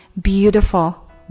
Beautiful